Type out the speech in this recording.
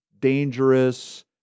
dangerous